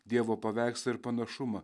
dievo paveikslą ir panašumą